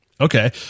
okay